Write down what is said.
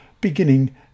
beginning